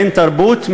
אין תרבות,